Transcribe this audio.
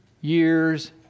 years